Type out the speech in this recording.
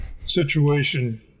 situation